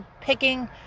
picking